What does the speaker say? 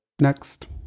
Next